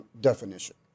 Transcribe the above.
definition